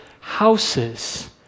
houses